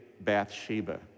Bathsheba